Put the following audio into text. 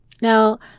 Now